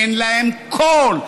אין להם קול.